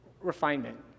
Refinement